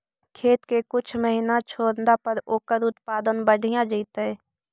खेत के कुछ महिना छोड़ला पर ओकर उत्पादन बढ़िया जैतइ?